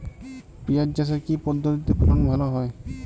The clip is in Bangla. পিঁয়াজ চাষে কি পদ্ধতিতে ফলন ভালো হয়?